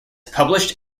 published